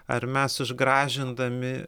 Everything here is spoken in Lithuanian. ar mes išgražindami